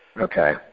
Okay